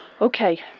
okay